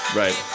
right